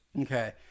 Okay